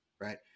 right